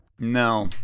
No